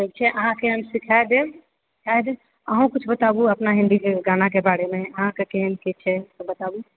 सभ छै अहाँकेँ हम सिखा देब शायद अहूँ किछु बताबू अपना हिन्दीके गानाके बारेमे अहाँके केहन की छै से बताबू